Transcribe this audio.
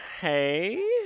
Hey